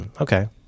okay